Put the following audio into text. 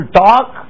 talk